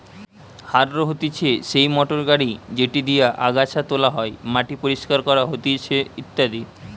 harrow হতিছে সেই motor গাড়ি যেটি দিয়া আগাছা তোলা হয়, মাটি পরিষ্কার করা হতিছে ইত্যাদি